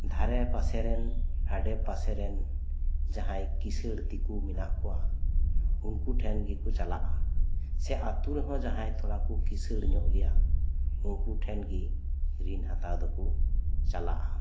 ᱫᱷᱟᱨᱮ ᱯᱟᱥᱮᱨᱮᱱ ᱟᱲᱮ ᱯᱟᱥᱮ ᱨᱮᱱ ᱡᱟᱦᱟᱸᱭ ᱠᱤᱸᱥᱟᱹᱲ ᱫᱤᱠᱩ ᱢᱮᱱᱟᱜ ᱠᱚᱣᱟ ᱩᱝᱠᱩ ᱴᱷᱮᱱ ᱜᱮᱠᱚ ᱪᱟᱞᱟᱜᱼᱟ ᱥᱮ ᱟᱲᱛᱩ ᱨᱮᱦᱚᱸ ᱡᱟᱦᱟᱸᱭ ᱛᱷᱚᱲᱟ ᱠᱚ ᱠᱤᱸᱥᱟᱹᱲ ᱧᱚᱜ ᱜᱮᱭᱟ ᱩᱝᱠᱩ ᱴᱷᱮᱱ ᱜᱮ ᱨᱤᱱ ᱦᱟᱛᱟᱣ ᱫᱚᱠᱚ ᱪᱟᱞᱟᱜᱼᱟ